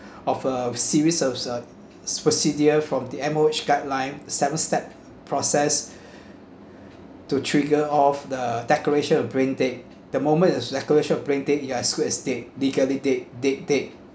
of a series ser~ uh procedure from the M_O_H guideline seven step process to trigger off the declaration of brain dead the moment is declaration of brain dead you're as good as dead declare he dead dead dead